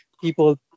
people